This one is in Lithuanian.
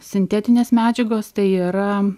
sintetinės medžiagos tai yra